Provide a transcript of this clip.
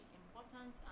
important